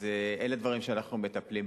אז אלה דברים שאנחנו מטפלים בהם.